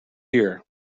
here